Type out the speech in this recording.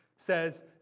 says